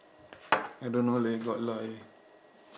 I don't know leh got a lot eh